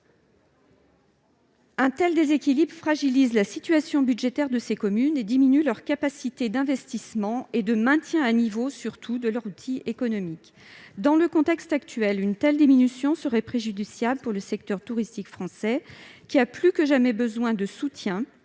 Ce déséquilibre fragilise la situation budgétaire de ces communes et diminue leur capacité d'investissement et surtout de maintien à niveau de leur outil économique. Dans le contexte actuel, une telle diminution serait préjudiciable pour le secteur touristique français, qui a plus que jamais besoin de soutien.